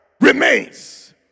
Remains